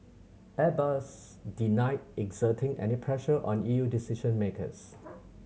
Airbus denied exerting any pressure on E U decision makers